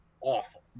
awful